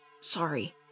Sorry